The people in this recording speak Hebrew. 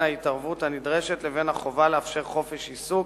ההתערבות הנדרשת לבין החובה לאפשר חופש עיסוק